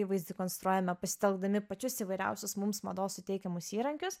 įvaizdį konstruojame pasitelkdami pačius įvairiausius mums mados suteikiamus įrankius